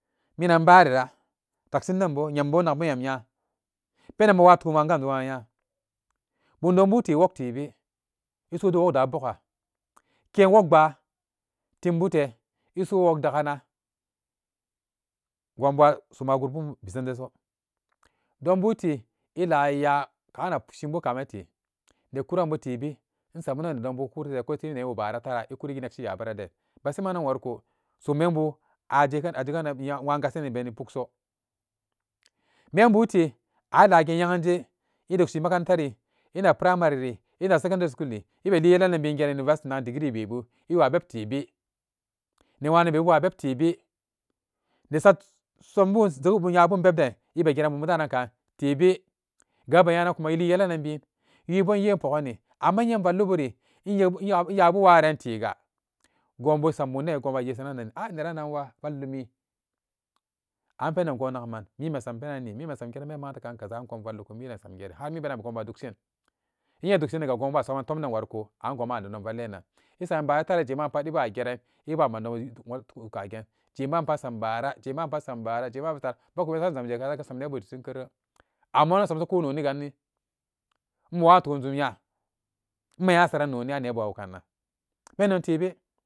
Minan barira taksindenbo innakbu nyem nya penan mawaa tunan ganjuman ga nya bum donbute woktebe inso dugo wok daa boga ken wok baa tim bute iso wok dugana gonba som a gudbun besan jeso donbute ilaya kanan shibu kamete ne kuranbu tebe innamanennedonbu kurite ko ite nebu baara taara ekurinekshi yabaraden besemanan wariko summembu aje-aje-ganan nya wagasanan abeni pukso membute lage nye'anje edukshi makaranta ri inak primary ri inak secondary school ri ebeli yelenanbin gerani university nagan degree bebo ewabebtebe newananbebu wa bebtebe ne sat sambun jegebun nyabun bebden ebegeran bumbudanunkan tebe ka ibenyanagan ikuma li yelananbin wii be inye inpogani amma innye in valliburi e- e- e- yekbu innyabuwaa warantega gonbu esambuden ekobaye sara ati nerananwu vallumi an penden gon naguman miimee sam penanni, miimee sam gerane makaranta kan kaza angon valliku miden sam gerani hanmiden bekombadukshin. innye e dukshiniga gon bo a saman tomde wariko angonma a nedon vallinan esam baara taara aje maput ebageran ebamandon etugu kagen jee mapasam baara jee mapa sumbaara jee mapatara kaga sam nebu dittin keurere amma enosamso kononi ganni ma wuu toon jum nya ma nyasaran noni an nebu a wugannan.